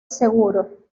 seguro